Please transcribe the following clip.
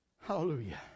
Hallelujah